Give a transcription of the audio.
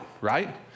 right